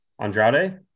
Andrade